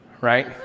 right